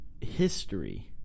history